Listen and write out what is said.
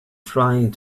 trying